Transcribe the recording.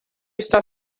está